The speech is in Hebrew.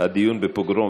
הדיון בנושא פוגרום,